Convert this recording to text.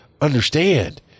understand